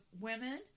women